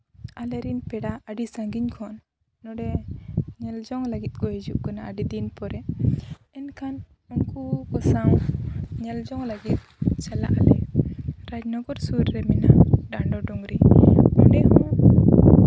ᱟᱞᱮᱨᱮᱱ ᱯᱮᱲᱟ ᱟᱹᱰᱤ ᱥᱟᱺᱜᱤᱧ ᱠᱷᱚᱱ ᱱᱚᱰᱮ ᱧᱮᱞ ᱡᱚᱝ ᱞᱟᱹᱜᱤᱫ ᱠᱚ ᱦᱤᱡᱩᱜ ᱠᱟᱱᱟ ᱟᱹᱰᱤ ᱫᱤᱱ ᱯᱚᱨᱮ ᱮᱱᱠᱷᱟᱱ ᱩᱱᱠᱩ ᱠᱚᱥᱟᱝ ᱧᱮᱞ ᱡᱚᱝ ᱞᱟᱹᱜᱤᱫ ᱪᱟᱞᱟᱜ ᱟᱞᱮ ᱨᱟᱡᱽᱱᱚᱜᱚᱨ ᱥᱩᱨ ᱨᱮ ᱢᱮᱱᱟᱜ ᱰᱟᱸᱰᱳ ᱰᱩᱝᱨᱤ ᱚᱸᱰᱮ ᱦᱚᱸ